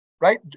right